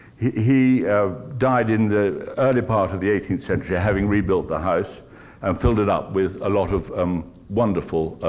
he died in the early part of the eighteenth century, having rebuilt the house and filled it up with a lot of um wonderful,